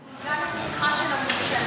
זה עמד לפתחה של הממשלה,